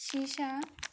শীশা